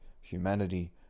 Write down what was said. humanity